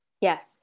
Yes